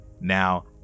Now